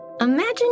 Imagine